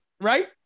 right